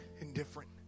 indifferent